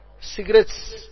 cigarettes